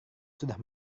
sudah